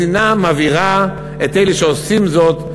השנאה מעבירה את אלה שעושים זאת,